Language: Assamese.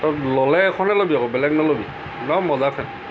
তই ল'লে এইখনেই ল'বি আকৌ বেলেগ নল'বি একদম মজা ফেন